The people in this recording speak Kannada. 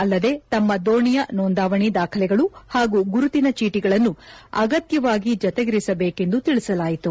ಅಲ್ಲದೆ ತಮ್ಮ ದೋಣಿಯ ನೋಂದಾವಣಿ ದಾಖಲೆಗಳು ಹಾಗೂ ಗುರುತಿನ ಚೀಟಿಗಳನ್ನು ಅಗತ್ಯವಾಗಿ ಜತೆಗಿರಿಸಬೇಕೆಂದು ತಿಳಿಸಲಾಯಿತು